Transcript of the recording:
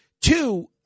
Two